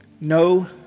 No